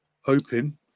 hoping